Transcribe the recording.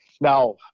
Now